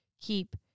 keep